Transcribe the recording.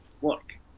work